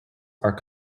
are